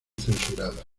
censuradas